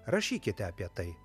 rašykite apie tai